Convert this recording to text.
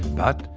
but,